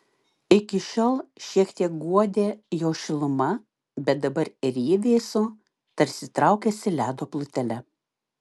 iki šiol šiek tiek guodė jo šiluma bet dabar ir ji vėso tarsi traukėsi ledo plutele